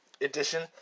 edition